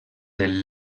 del